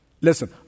Listen